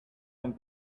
and